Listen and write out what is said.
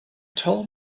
told